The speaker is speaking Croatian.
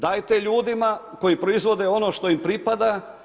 Dajte ljudima koji proizvode ono što im pripada.